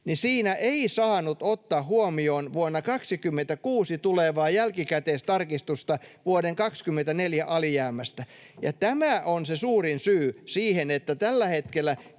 siinä ei saanut ottaa huomioon vuonna 26 tulevaa jälkikäteistarkistusta vuoden 24 alijäämästä. Ja tämä on se suurin syy siihen, että tällä hetkellä